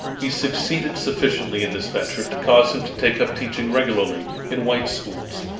he succeeded sufficiently in this venture, to cause him to take up teaching regularly, in white schools,